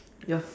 ya